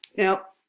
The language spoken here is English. now,